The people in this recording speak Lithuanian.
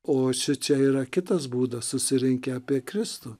o šičia yra kitas būdas susirinkę apie kristų